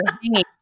hanging